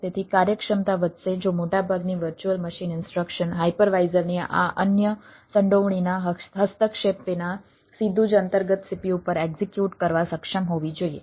તેથી કાર્યક્ષમતા વધશે જો મોટાભાગની વર્ચ્યુઅલ મશીન ઇન્સ્ટ્રક્શન હાઇપરવાઇઝરની આ અન્ય સંડોવણીના હસ્તક્ષેપ વિના સીધું જ અંતર્ગત CPU પર એક્ઝિક્યુટ કરવા સક્ષમ હોવી જોઈએ